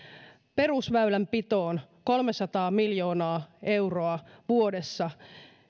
perusväylänpitoon kolmesataa miljoonaa euroa vuodessa